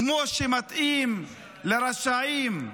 כמו שמתאים לרשעים,